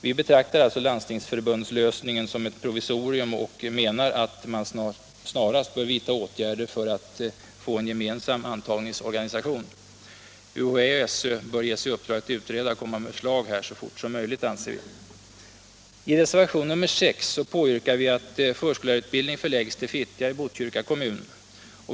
Vi betraktar alltså Landstingsförbundslösningen som ett provisorium och menar att man snarast bör vidta åtgärder för att få en gemensam antagningsorganisation. UHÄ och SÖ bör ges i uppdrag att utreda och komma med förslag här så fort som möjligt, anser vi. I reservationen 6 påyrkar vi att förskollärarutbildning förläggs till Fittja i Botkyrka kommun.